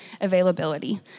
availability